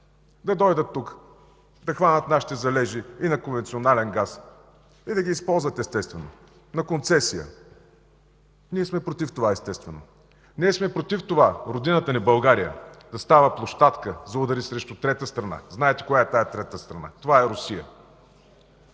да дойдат тук, да хванат нашите залежи, и на конвенционален газ, и да ги използват, естествено, на концесия. Ние сме против това. Ние сме против това родината ни България да става площадка за удари срещу трета страна. Знаете коя е тази трета страна – това е Русия.